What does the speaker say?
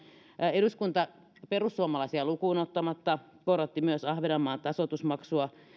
eduskunta perussuomalaisia lukuun ottamatta korotti myös ahvenanmaan tasoitusmaksua